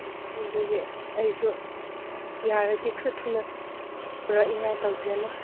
ꯎꯝ ꯑꯗꯨꯒꯤ ꯑꯩꯁꯨ ꯌꯥꯔꯗꯤ ꯈꯔ ꯊꯨꯅ ꯄꯨꯔꯛꯅꯤꯡꯉꯥꯏ ꯇꯧꯕꯤꯌꯨꯅꯦ